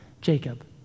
Jacob